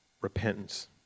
repentance